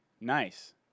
Nice